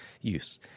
use